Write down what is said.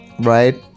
right